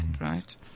right